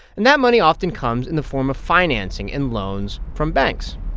and that money often comes in the form of financing and loans from banks.